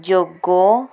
ଯୋଗ